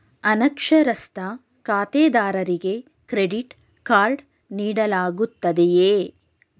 ಅನಕ್ಷರಸ್ಥ ಖಾತೆದಾರರಿಗೆ credit card ನೀಡಲಾಗುತ್ತದೆಯೇ?